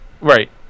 right